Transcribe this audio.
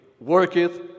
worketh